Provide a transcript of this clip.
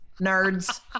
nerds